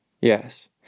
Yes